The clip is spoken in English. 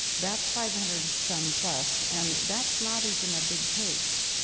that's five hundred some plus, and that's not even a big case.